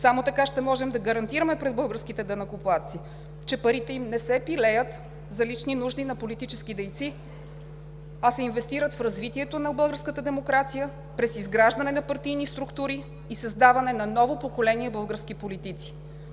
Само така ще можем да гарантираме пред българските данъкоплатци, че парите им не се пилеят за лични нужди на политически дейци, а се инвестират в развитието на българската демокрация през изграждане на партийни структури и създаване на ново поколение български политици.